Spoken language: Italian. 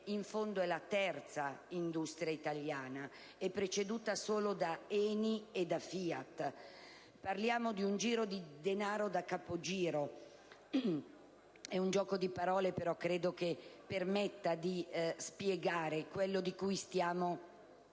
in fondo è la terza industria italiana, preceduta solo da ENI e da FIAT. Parliamo di un giro di denaro da capogiro: è un gioco di parole, ma ritengo che permetta di spiegare quello di cui stiamo parlando